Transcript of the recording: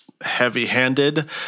heavy-handed